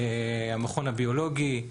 המכון הביולוגי,